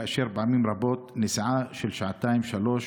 כאשר פעמים רבות נסיעה של שעתיים-שלוש